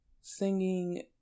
singing